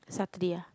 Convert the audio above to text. Saturday ah